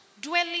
dwelling